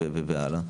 וכן הלאה.